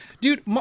dude